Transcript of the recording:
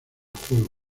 juego